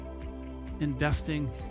investing